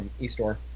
eStore